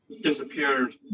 disappeared